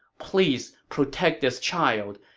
please protect this child.